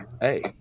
hey